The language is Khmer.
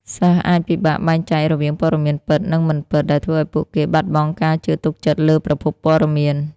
សិស្សអាចពិបាកបែងចែករវាងព័ត៌មានពិត និងមិនពិត ដែលធ្វើឲ្យពួកគេបាត់បង់ការជឿទុកចិត្តលើប្រភពព័ត៌មាន។